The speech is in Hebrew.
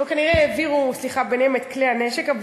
כנראה שהם העבירו ביניהם את כלי הנשק,